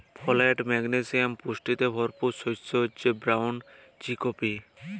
folate, magnesium পুষ্টিতে ভরপুর শস্য হচ্যে ব্রাউল চিকপি